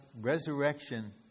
resurrection